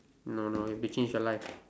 no no it may change your life